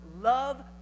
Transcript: love